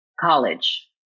college